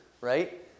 right